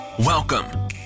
Welcome